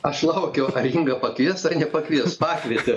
aš laukiau ar inga pakvies ar nepakvies pakvietė